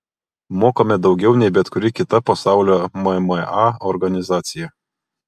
mokame daugiau nei bet kuri kita pasaulio mma organizacija